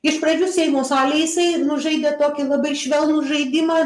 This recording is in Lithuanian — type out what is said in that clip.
iš pradžių seimo salėj jisai žaidė tokį labai švelnų žaidimą